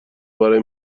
برای